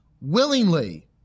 Willingly